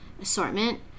assortment